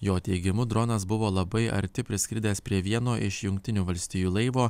jo teigimu dronas buvo labai arti priskridęs prie vieno iš jungtinių valstijų laivo